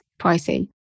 pricey